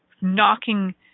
knocking